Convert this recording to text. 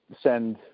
send